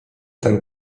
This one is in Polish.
ten